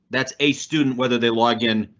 that's a student. whether they login.